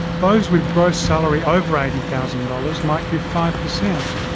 those with gross salary over eighty thousand dollars might give five percent,